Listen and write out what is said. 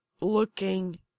looking